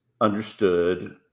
understood